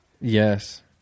Yes